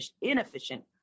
inefficient